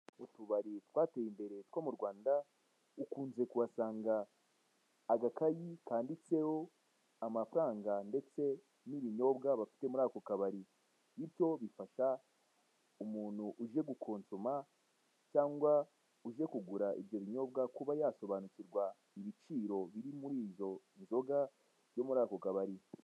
Utubari twateye imbere two mu rwanda, ukunze kubahasanga agakayi kanditseho amafaranga ndetse n'ibinyobwa bafite muri ako kabari, bityo bifasha umuntu uje gukonsoma cyangwa uje kugura ibyo binyobwa kuba yasobanukirwa ibiciro biri muri iyo nzoga zo muri ako kabari.